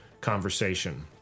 conversation